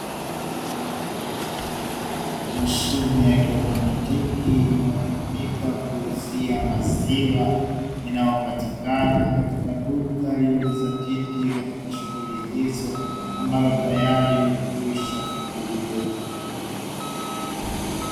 Mashine ya kiautomatiki inayotumika kuuzia maziwa inayopatikana katika duka lililojizatiti katika shughuli hizo ambalo tayari limekwishafunguliwa.